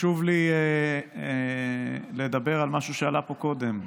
חשוב לי לדבר על משהו שעלה פה קודם.